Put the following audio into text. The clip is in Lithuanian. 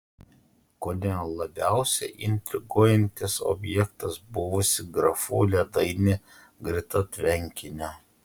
kone labiausiai intriguojantis objektas buvusi grafų ledainė greta tvenkinio